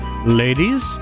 ladies